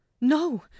no